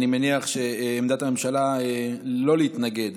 אני מניח שעמדת הממשלה היא לא להתנגד